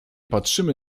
patrzymy